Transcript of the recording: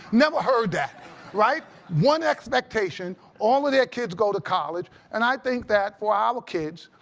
never heard that right? one expectation, all of their kids go to college. and i think that for our kids,